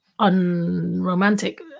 unromantic